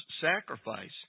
sacrifice